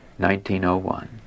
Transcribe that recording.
1901